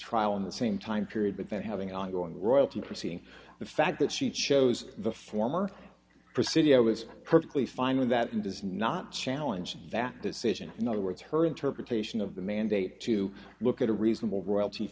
trial in the same time period but that having an ongoing royalty proceeding the fact that she chose the former presidio was perfectly fine with that and does not challenge that decision in other words her interpretation of the mandate to look at a reasonable royalty